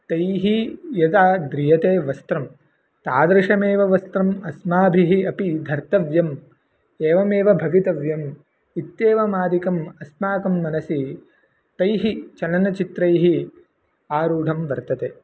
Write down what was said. तैः यदा ध्रियते वस्त्रं तादृशमेव वस्त्रम् अस्माभिः अपि धर्तव्यम् एवमेव भवितव्यम् इत्येवमादिकम् अस्माकं मनसि तैः चलनचित्रैः आरूढं वर्तते